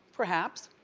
perhaps,